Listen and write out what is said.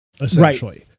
Essentially